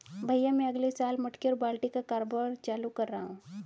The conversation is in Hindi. भैया मैं अगले साल मटके और बाल्टी का कारोबार चालू कर रहा हूं